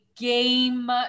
game